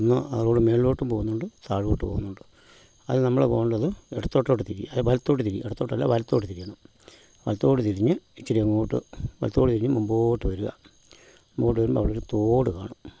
അന്ന് ആ റോഡ് മുകളിലോട്ടും പോകുന്നുണ്ട് താഴോട്ട് പോകുന്നുണ്ട് അത് നമ്മള് പോകേണ്ടത് ഇടത്തോട്ട് തിരിയല്ല് വലത്തോട്ട് തിരി ഇടത്തോട്ടല്ല വലത്തോട്ട് തിരിയണം വലത്തോട്ട് തിരിഞ്ഞ് ഇച്ചിരി അങ്ങോട്ട് വലത്തോട്ട് തിരിഞ്ഞ് മുൻപോട്ട് വരിക അങ്ങോട്ട് വരുമ്പം അവിടെ ഒരു തോട് കാണും